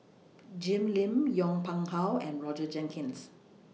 Jim Lim Yong Pung How and Roger Jenkins